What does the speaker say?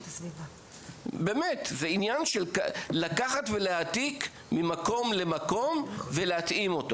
זה לקחת ולהעתיק ממקום למקום ולהתאים.